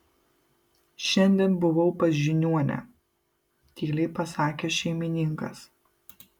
šiandien buvau pas žiniuonę tyliai pasakė šeimininkas